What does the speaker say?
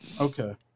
Okay